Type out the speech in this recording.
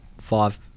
five